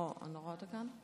אני לא רואה אותה כאן,